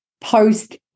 post